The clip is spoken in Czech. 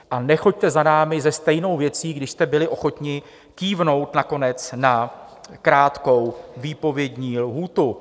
A nechoďte za námi se stejnou věcí, když jste byli ochotní kývnout nakonec na krátkou výpovědní lhůtu.